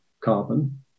carbon